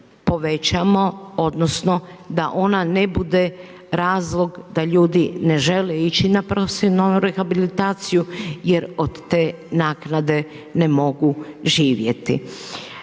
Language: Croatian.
povećamo, odnosno da ona ne bude razlog da ljudi ne žele ići na profesionalnu rehabilitaciju jer od te naknade ne mogu živjeti.